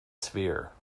sphere